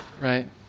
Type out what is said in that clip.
right